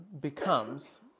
becomes